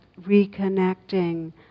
reconnecting